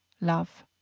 love